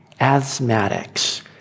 asthmatics